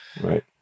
Right